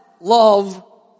love